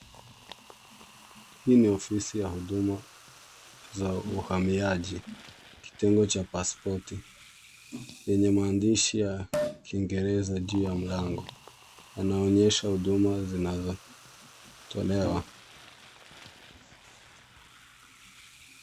Hii ni ofisi ya Huduma za uhamiaji, kitengo cha pasipoti yenye maandishi ya Kiingereza juu ya mlango. Anaonyesha huduma zinazotolewa.